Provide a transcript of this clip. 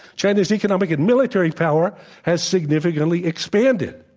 china's economic and military power has significantly expanded.